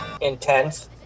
intense